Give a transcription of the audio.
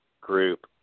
group